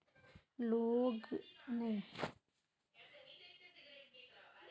loan guarantor loan अदा करवार जिम्मेदारी लीछे